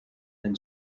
then